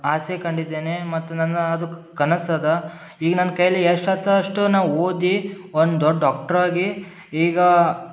ಆಸೆ ಕಂಡಿದ್ದೇನೆ ಮತ್ತು ನನ್ನ ಅದು ಕನಸದ ಈಗ ನನ್ನ ಕೈಯಲ್ಲಿ ಎಷ್ಟಾಗ್ತದೆ ಅಷ್ಟು ನಾ ಓದಿ ಒಂದು ದೊಡ್ಡ ಡಾಕ್ಟ್ರ್ ಆಗಿ ಈಗಾ